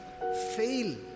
fail